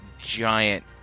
giant